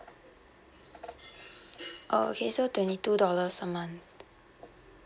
oh okay so twenty two dollars a month